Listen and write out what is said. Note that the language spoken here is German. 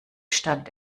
stand